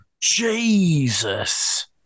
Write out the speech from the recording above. Jesus